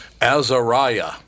Azariah